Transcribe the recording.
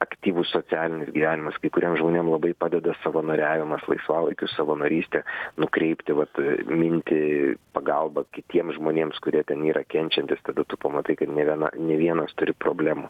aktyvus socialinis gyvenimas kai kuriem žmonėm labai padeda savanoriavimas laisvalaikiu savanorystė nukreipti vat mintį pagalbą kitiems žmonėms kurie ten yra kenčiantys tada tu pamatai kad ne viena ne vienas turi problemų